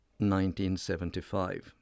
1975